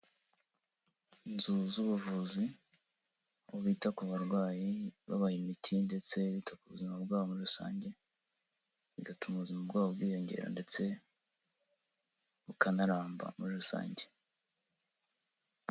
Inzu z'ubuvuzi, aho bita ku barwayi babaha imiti ndetse bita ku buzima bwabo muri rusange bigatuma ubuzima bwabo bwiyongera ndetse bukanaramba muri rusange.